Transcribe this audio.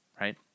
Right